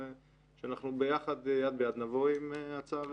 ושאנחנו ביחד יד ביד נבוא עם הצעה ראויה.